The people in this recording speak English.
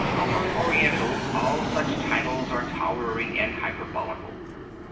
among orientals all such titles are towering and hyperbolical.